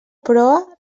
proa